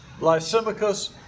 Lysimachus